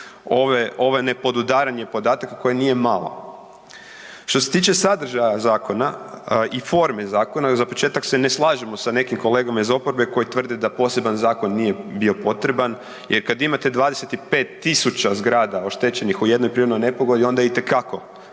ovo nepodudaranje podataka koje nije malo. Što se tiče sadržaja zakona i forme zakona za početak se ne slažemo sa nekim kolegama iz oporbe koji tvrde da poseban zakon nije bio potreban jer kada imate 25.000 zgrada oštećenih u jednoj prirodnoj nepogodi onda je itekako